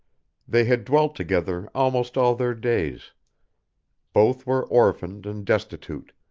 they had dwelt together almost all their days both were orphaned and destitute,